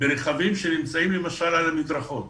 ברכבים שנמצאים למשל על המדרכות.